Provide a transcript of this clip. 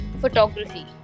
photography